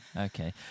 okay